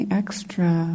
extra